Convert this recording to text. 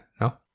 no